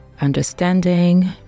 understanding